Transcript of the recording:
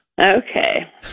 Okay